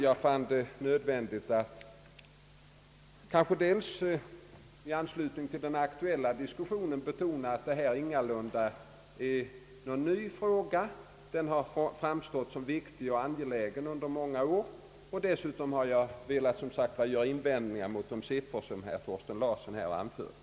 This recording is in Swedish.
Jag fann det nödvändigt att i anslutning till den aktuella diskussionen betona att detta ingalunda är någon ny fråga — den har fram stått som viktig och angelägen under många år — och vidare har jag, som sagt, velat göra invändningar mot de siffror som herr Larsson har anfört.